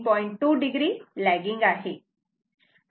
2 o legging आहे